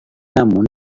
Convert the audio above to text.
namun